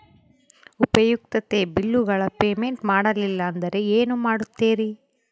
ಉಪಯುಕ್ತತೆ ಬಿಲ್ಲುಗಳ ಪೇಮೆಂಟ್ ಮಾಡಲಿಲ್ಲ ಅಂದರೆ ಏನು ಮಾಡುತ್ತೇರಿ?